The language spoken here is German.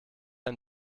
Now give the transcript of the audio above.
ein